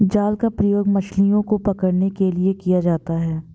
जाल का प्रयोग मछलियो को पकड़ने के लिये किया जाता है